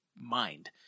mind